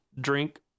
drink